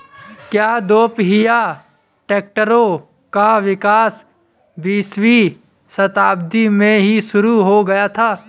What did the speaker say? क्या दोपहिया ट्रैक्टरों का विकास बीसवीं शताब्दी में ही शुरु हो गया था?